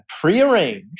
prearranged